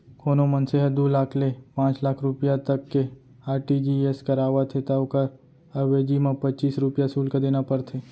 कोनों मनसे ह दू लाख ले पांच लाख रूपिया तक के आर.टी.जी.एस करावत हे त ओकर अवेजी म पच्चीस रूपया सुल्क देना परथे